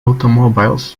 automobiles